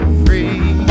free